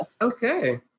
Okay